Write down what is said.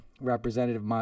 Representative